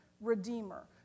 redeemer